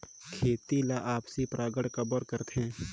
खेती ला आपसी परागण काबर करथे?